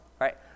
right